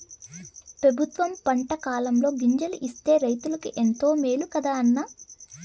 పెబుత్వం పంటకాలంలో గింజలు ఇస్తే రైతులకు ఎంతో మేలు కదా అన్న